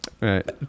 right